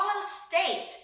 state